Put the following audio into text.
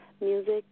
music